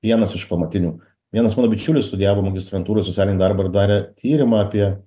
vienas iš pamatinių vienas mano bičiulis studijavo magistrantūroj socialinį darbą ir darė tyrimą apie